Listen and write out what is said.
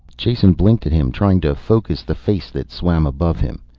jason blinked at him, trying to focus the face that swam above him.